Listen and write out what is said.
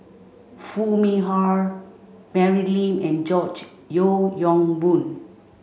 Foo Mee Har Mary Lim and George Yeo Yong Boon